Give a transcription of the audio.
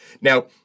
Now